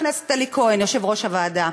חבר הכנסת אלי כהן, יושב-ראש הוועדה,